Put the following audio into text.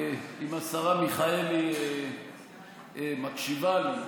אם השרה מיכאלי מקשיבה לי,